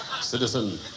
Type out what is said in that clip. citizen